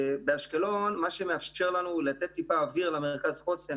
מה שמאפשר לנו לתת טיפה אוויר למרכז החוסן